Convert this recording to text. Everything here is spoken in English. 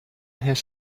his